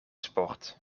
sport